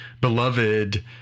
beloved